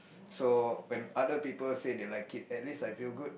so when other people say they like it at least I feel good